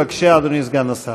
בבקשה, אדוני סגן השר.